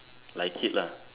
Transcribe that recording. like it lah